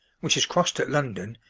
which is crossed at london,